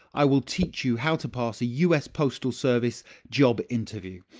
i will teach you how to pass a us postal service job interview!